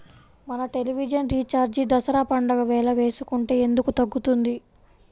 మన television recharge Dasara పండగ వేళ వేసుకుంటే ఎందుకు తగ్గుతుంది?